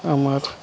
আমার